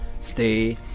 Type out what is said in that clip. stay